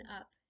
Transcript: up